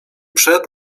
przed